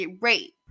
rape